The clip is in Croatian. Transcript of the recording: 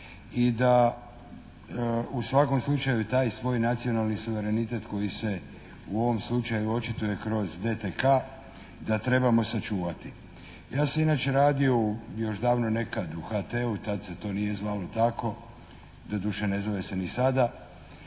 i da u svakom slučaju i taj svoj nacionalni suverenitet koji se u ovom slučaju očituje kroz DTK da trebamo sačuvati. Ja sam inače radio u, još davno nekad u HT-u, tad se to nije zvalo tako, doduše ne zove se ni sada.